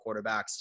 quarterbacks